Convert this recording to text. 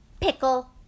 pickle